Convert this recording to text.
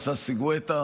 גואטה,